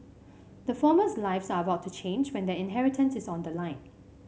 the former's lives are about to change when their inheritance is on the line